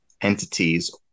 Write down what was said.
entities